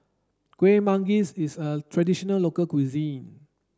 Kueh Manggis is a traditional local cuisine